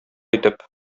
итеп